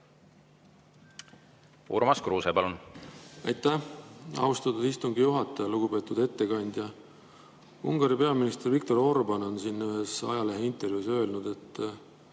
Urmas Kruuse, palun! Aitäh, austatud istungi juhataja! Lugupeetud ettekandja! Ungari peaminister Viktor Orbán on ühes ajaleheintervjuus öelnud, et